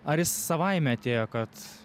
ar jis savaime atėjo kad